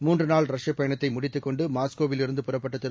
மூன்றுநாள்ரஷ்யப்பயணத்தைமுடித்துகொண்டுமாஸ்கோவில்இருந்துபுறப்பட்டதிரு